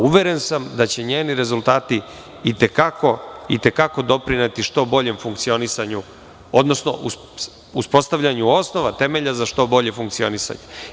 Uveren sam da će njeni rezultati i te kako doprineti što boljem funkcionisanju, odnosno uspostavljanju osnovnog temelja za što bolje funkcionisanje.